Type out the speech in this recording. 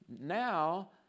now